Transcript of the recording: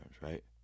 right